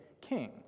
king